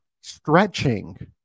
stretching